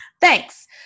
Thanks